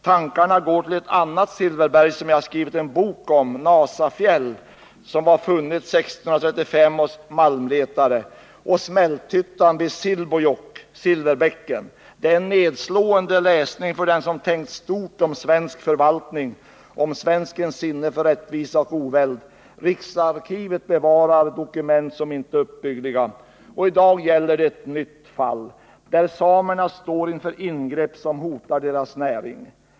Tankarna går då till ett annat ”silverberg”, som jag skrivit en bok om, nämligen Nasafjäll, upptäckt år 1635 av malmletare. Namnet påminner också om smälthyttan vid Silbojokk, dvs. Silverbäcken. Bevarade handlingar är en nedslående läsning för den som tänkt stort om svensk förvaltning liksom om svenskens sinne för rättvisa och oväld. Riksarkivet bevarar härvidlag dokument som inte är uppbyggliga. I dag gäller det ett nytt fall, där samerna står inför ingrepp som hotar deras näring.